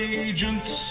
agents